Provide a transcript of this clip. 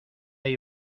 hay